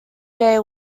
day